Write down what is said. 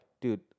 dude